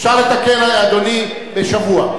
אפשר לתקן, אדוני, אפשר לתקן בשבוע.